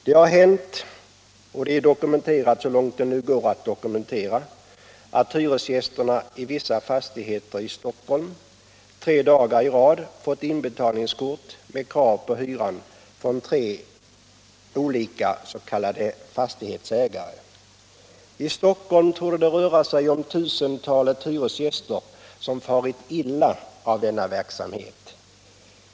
Det har hänt —- och det är dokumenterat så långt det nu går att dokumentera — att hyresgästerna i vissa fastigheter i Stockholm tre dagar i rad fått inbetalningskort med krav på hyran från tre olika s.k. fastighetsägare. I Stockholm torde det röra sig om tusentalet hyresgäster som farit illa av denna verksamhet.